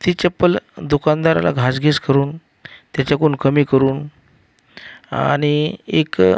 ती चप्पल दुकानदाराला घासाघीस करून त्याच्याकडून कमी करून आणि एक